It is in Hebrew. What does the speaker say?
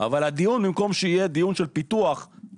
אבל הדיון שמתקיים הוא דיון על הצלה במקום דיון על פיתוח וחיזוק,